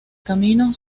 camino